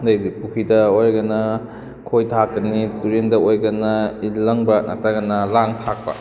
ꯑꯗꯨꯗꯩꯗꯤ ꯄꯨꯈ꯭ꯔꯤꯗ ꯑꯣꯏꯔꯒꯅ ꯈꯣꯏ ꯊꯥꯛꯀꯅꯤ ꯇꯨꯔꯦꯟꯗ ꯑꯣꯏꯔꯒꯅ ꯏꯜ ꯂꯪꯕ ꯅꯠꯇ꯭ꯔꯒꯅ ꯂꯥꯡ ꯊꯥꯛꯄ